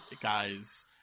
guys